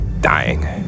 dying